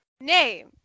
Name